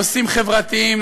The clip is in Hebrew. נושאים חברתיים,